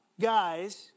guys